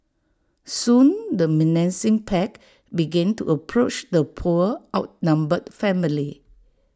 soon the menacing pack began to approach the poor outnumbered family